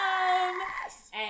Yes